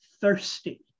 thirsty